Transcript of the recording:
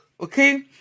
okay